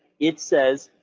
it says,